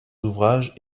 ouvrages